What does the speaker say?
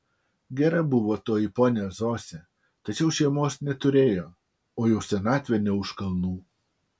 gera buvo toji ponia zosė tačiau šeimos neturėjo o jau senatvė ne už kalnų